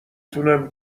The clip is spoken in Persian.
تونم